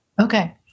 Okay